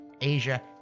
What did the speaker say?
Asia